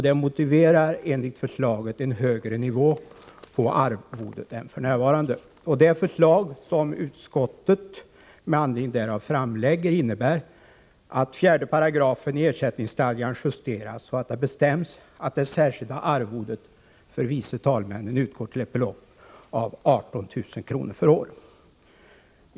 Detta motiverar enligt förslaget en högre nivå på arvodet än f. n. Det förslag som utskottet med anledning därav framlägger innebär att 4 § i ersättningsstadgan justeras så att det bestäms att det särskilda arvodet för vice talmännen utgår till ett belopp av 18 000 kr. för år.